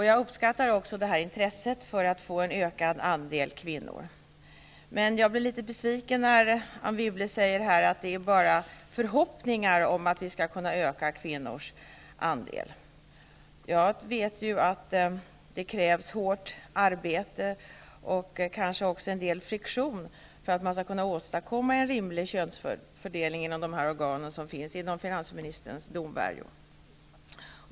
Jag uppskattar också intresset för att få en ökad andel kvinnor, men jag blir litet besviken när Anne Wibble säger att hon har förhoppningar om att kunna öka kvinnors andel. Jag vet ju att det krävs hårt arbete och kanske också en del friktion för att man skall kunna åstadkomma en rimlig könsfördelning inom de organ som finns inom finansministerns domvärjo.